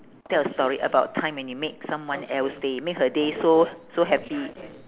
tell a story about a time when you make someone else day make her day so so happy